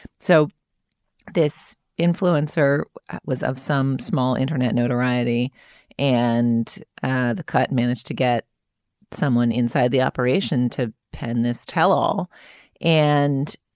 so this influencer was of some small internet notoriety and ah the cut managed to get someone inside the operation to pen this tell all and